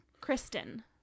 Kristen